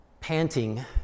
Panting